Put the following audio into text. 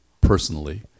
personally